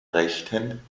rechten